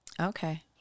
okay